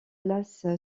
las